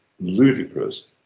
ludicrous